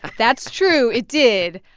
that's true. it did.